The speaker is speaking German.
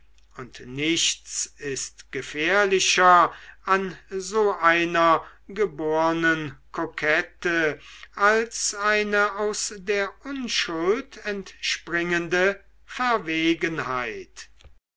und nichts ist gefährlicher an so einer gebornen kokette als eine aus der unschuld entspringende verwegenheit